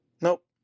Nope